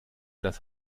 das